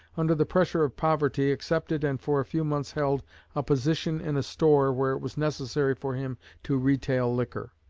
under the pressure of poverty, accepted and for a few months held a position in a store where it was necessary for him to retail liquor.